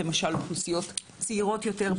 כמו אוכלוסיות צעירות יותר,